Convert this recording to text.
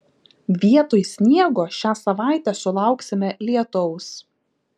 vietoj sniego šią savaitę sulauksime lietaus